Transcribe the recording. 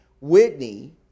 Whitney